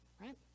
right